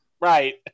Right